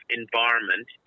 environment